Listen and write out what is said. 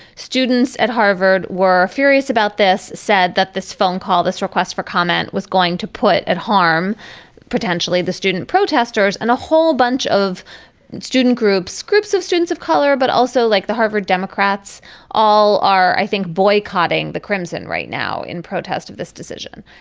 students at harvard were furious about this said that this phone call this request for comment was going to put at harm potentially the student protesters and a whole bunch of student groups groups of students of color but also like the harvard democrats all are i think boycotting the crimson right now in protest of this decision.